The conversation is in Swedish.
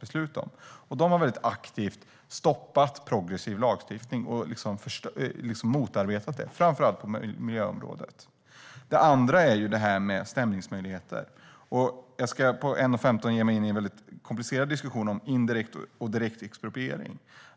beslutas. De har aktivt stoppat progressiv lagstiftning och motarbetat den, framför allt på miljöområdet. En annan fråga är detta med stämningsmöjligheter. Jag ska på kort tid ge mig in i en väldigt komplicerad diskussion om indirekt och direkt expropriering.